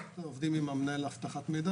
אנחנו עובדים עם מנהל אבטחת המידע,